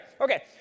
okay